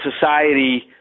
society